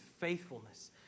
faithfulness